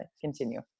continue